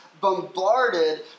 bombarded